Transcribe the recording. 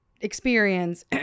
experience